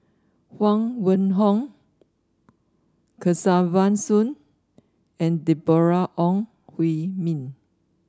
Huang Wenhong Kesavan Soon and Deborah Ong Hui Min